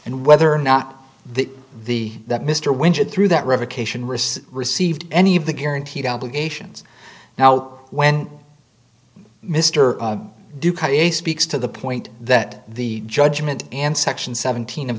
and whether or not the the that mr winter through that revocation wrists received any of the guaranteed obligations now when mr duke a speaks to the point that the judgment and section seventeen of